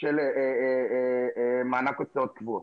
של מענק הוצאות קבועות.